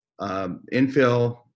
infill